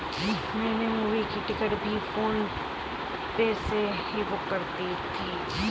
मैंने मूवी की टिकट भी फोन पे से ही बुक की थी